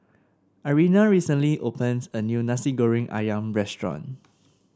Irena recently opens a new Nasi Goreng ayam restaurant